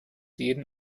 jeden